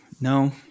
No